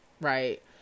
right